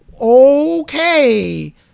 okay